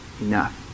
Enough